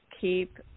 keep